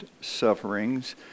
sufferings